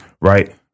right